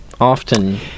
often